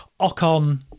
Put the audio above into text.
Ocon